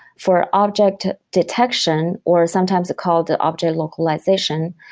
for object detection, or sometimes called the object localization,